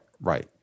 right